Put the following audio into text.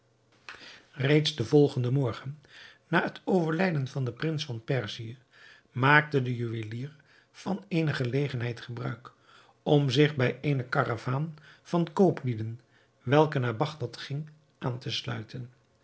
reeds den volgenden morgen na het overlijden van den prins van perzië maakte de juwelier van eene gelegenheid gebruik om zich bij eene karavaan van kooplieden welke naar bagdad ging aan te sluiten